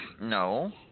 No